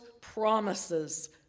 promises